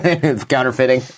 counterfeiting